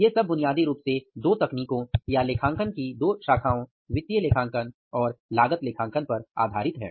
यह सब बुनियादी रूप से दो तकनीको या लेखांकन की दो शाखाओं वित्तीय लेखांकन और लागत लेखांकन पर आधारित है